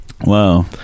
wow